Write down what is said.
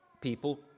people